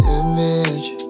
image